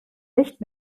nicht